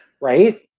right